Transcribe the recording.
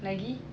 lagi